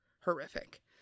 horrific